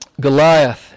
Goliath